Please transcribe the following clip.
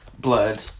blood